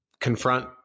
confront